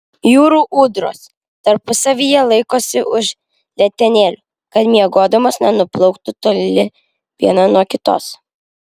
jūrų ūdros tarpusavyje laikosi už letenėlių kad miegodamos nenuplauktų toli viena nuo kitos